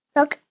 Look